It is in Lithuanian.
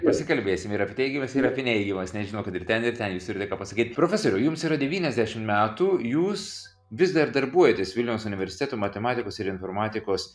pasikalbėsime ir apie teigiamas ir apie neigiamas nes žinau kad ir ten ir ten jūs turite ką pasakyt profesoriau jums yra devyniasdešimt metų jūs vis dar darbuojatės vilniaus universiteto matematikos ir informatikos